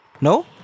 No